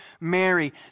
Mary